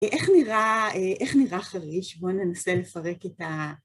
איך נראה חריש? בואו ננסה לפרק את ה...